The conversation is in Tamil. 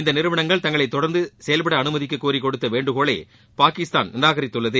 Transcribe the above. இந்த நிறுவனங்கள் தங்களை தொடர்ந்து செயல்பட அனுமதிக்கக்கோரி கொடுத்த வேண்டுகோளை பாகிஸ்தான் நிராகரித்துள்ளது